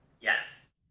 Yes